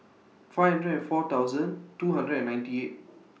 five hundred and four thousand two hundred and ninety eight